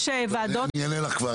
יש וועדות --- אני אענה לך כבר.